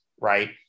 right